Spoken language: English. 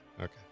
Okay